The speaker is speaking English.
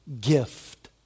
gift